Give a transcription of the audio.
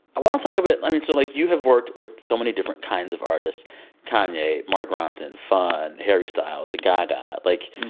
i want to talk a bit i mean, so, like, you have worked with so many different kinds of artists kanye, mark ronson, fun, harry styles, gaga like,